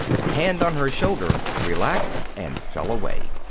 the hand on her shoulder relaxed and fell away.